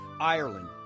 Ireland